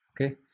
okay